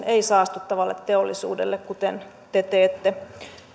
ei saastuttavalle teollisuudelle kuten te teette